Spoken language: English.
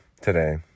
today